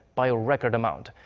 by a record amount.